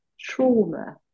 trauma